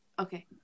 Okay